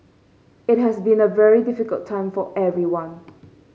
it has been a very difficult time for everyone